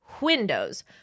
windows